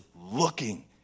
looking